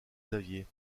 xavier